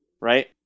right